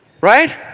Right